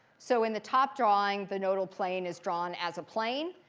so in the top drawing, the nodal plane is drawn as a plane.